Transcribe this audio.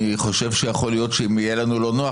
אני חושב שיכול להיות שאם יהיה לנו לא נוח,